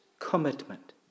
Commitment